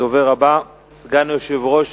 הדובר הבא, סגן היושב-ראש